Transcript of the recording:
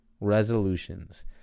resolutions